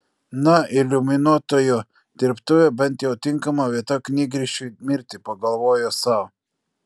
na iliuminuotojo dirbtuvė bent jau tinkama vieta knygrišiui mirti pagalvojo sau